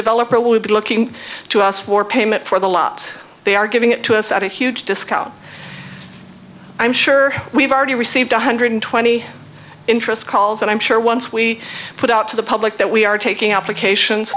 developer will be looking to us for payment for the lot they are giving it to us at a huge discount i'm sure we've already received one hundred twenty interest calls and i'm sure once we put out to the public that we are taking applications